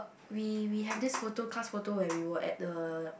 we we have this photo class photo when we were at the